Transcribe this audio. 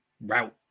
route